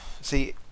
See